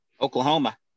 Oklahoma